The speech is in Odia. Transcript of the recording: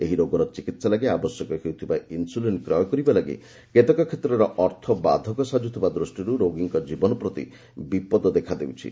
ଏହି ରୋଗର ଚିକିତ୍ସା ଲାଗି ଆବଶ୍ୟକ ହେଉଥିବା ଇନ୍ସୁଲିନ୍ କ୍ରୟ କରିବା ଲାଗି କେତେକ କ୍ଷେତ୍ରରେ ଅର୍ଥ ବାଧକ ସାକ୍ରୁଥିବା ଦୃଷ୍ଟିରୁ ରୋଗୀଙ୍କ ଜୀବନ ପ୍ରତି ବିପଦ ଦେଖାଦେଉଛି